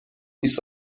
بیست